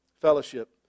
fellowship